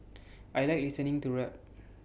I Like listening to rap